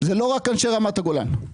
שזה לא רק אנשי רמת הגולן.